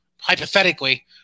hypothetically